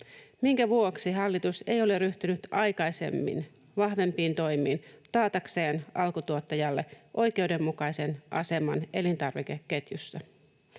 Minkä vuoksi hallitus ei ole ryhtynyt aikaisemmin vahvempiin toimiin taatakseen alkutuottajalle oikeudenmukaisen aseman elintarvikeketjussa?